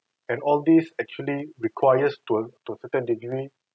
and all these actually requires to to a certain degree